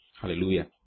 Hallelujah